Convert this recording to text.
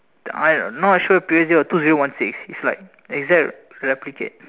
I no I should have preview two zero one three it's like exact replicate